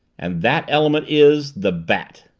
and that element is the bat!